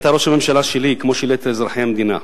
אתה ראש הממשלה שלי כמו של יתר אזרחי המדינה.